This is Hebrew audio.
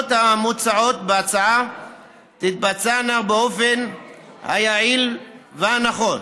הפעולות המוצעות בהצעה תתבצענה באופן היעיל והנכון,